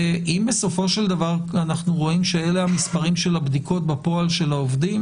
אם בסופו של דבר אנחנו רואים שאלה המספרים של הבדיקות בפועל של העובדים